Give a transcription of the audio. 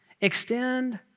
Extend